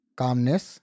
calmness